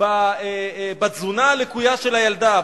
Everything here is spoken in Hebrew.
בתזונה הלקויה של הילדה,